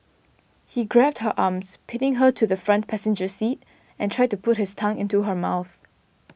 he grabbed her arms pinning her to the front passenger seat and tried to put his tongue into her mouth